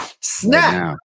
Snap